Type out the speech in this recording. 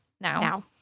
now